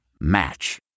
Match